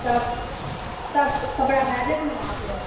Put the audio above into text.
सब सब कपड़ा भए जाएतत ने वहाँपे